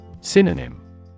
Synonym